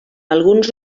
alguns